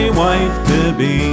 wife-to-be